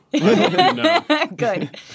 Good